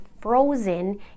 frozen